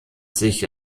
sich